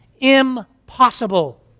Impossible